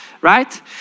right